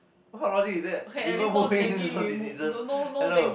what logic is that river won't face diseases hello